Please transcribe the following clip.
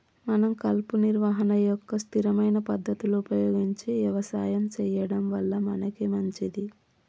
మనం కలుపు నిర్వహణ యొక్క స్థిరమైన పద్ధతులు ఉపయోగించి యవసాయం సెయ్యడం వల్ల మనకే మంచింది